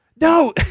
No